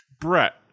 Brett